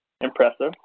Impressive